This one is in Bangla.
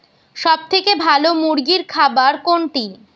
সবথেকে ভালো মুরগির খাবার কোনটি?